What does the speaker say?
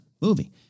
movie